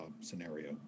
scenario